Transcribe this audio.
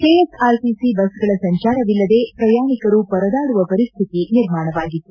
KSRTC ಬಸ್ಗಳ ಸಂಚಾರವಿಲ್ಲದೆ ಪ್ರಯಾಣಿಕರು ಪರದಾಡುವ ಪರಿಸ್ಹಿತಿ ನಿರ್ಮಾಣವಾಗಿತ್ತು